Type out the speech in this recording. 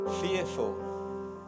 fearful